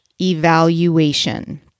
evaluation